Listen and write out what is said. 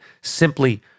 simply